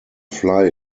fly